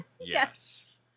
yes